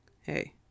Hey